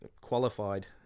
qualified